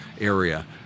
area